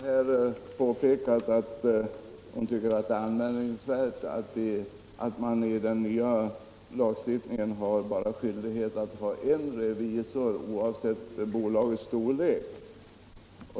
Herr talman! Fru Lindquist tycker att det är anmärkningsvärt att man enligt den nya lagstiftningen bara är skyldig att ha en revisor oavsett bolagets storlek.